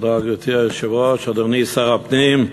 תודה, אדוני שר הפנים,